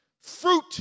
Fruit